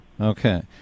Okay